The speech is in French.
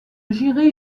jury